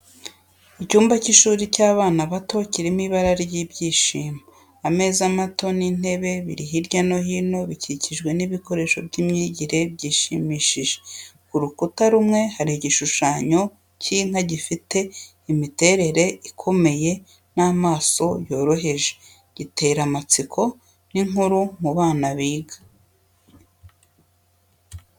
Icyumba cy’ishuri cy’abana bato kirimo ibara n’ibyishimo. Ameza mato n’intebe biri hirya no hino, bikikijwe n’ibikoresho by’imyigire byishimishije. Ku rukuta rumwe, hari igishushanyo cy’inka gifite imiterere ikomeye n’amaso yoroheje, gitera amatsiko n’inkuru mu bana biga.